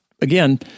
again